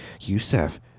Youssef